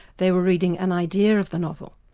they were reading an idea of the novel.